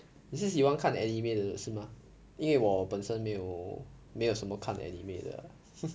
你是喜欢看 anime 的是吗因为我本身没有没有什么看 anime 的 ah